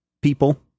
people